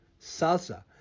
salsa